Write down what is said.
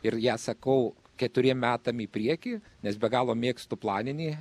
ir ją sakau keturiem metam į priekį nes be galo mėgstu planinį